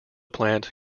plant